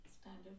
standard